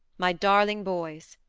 my darling boys,